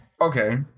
Okay